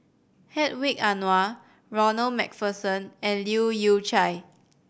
Hedwig Anuar Ronald Macpherson and Leu Yew Chye